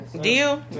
Deal